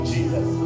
Jesus